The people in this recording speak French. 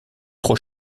trop